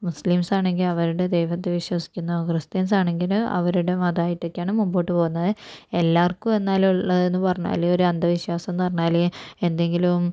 Muslims ആണെങ്കിൽ അവരുടെ ദൈവത്തെ വിശ്വസിക്കുന്നു ക്രിസ്റ്റൻസ് ആണെങ്കില് അവരുടെ മതവായിട്ട് ഒക്കെയാണ് മുന്നോട്ടുപോകുന്നത് എല്ലാവർക്കും എന്നാൽ ഉള്ളെന്ന് പറഞ്ഞാല് ഒരു അന്ധവിശ്വാസമെന്ന് പറഞ്ഞാല് എന്തെങ്കിലും